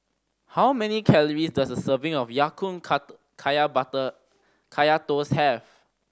how many calories does a serving of Ya Kun kaya Kaya Toast have